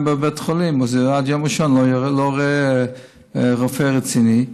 לבית חולים ועד יום ראשון לא רואה רופא רציני.